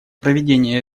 проведение